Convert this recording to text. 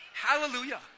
Hallelujah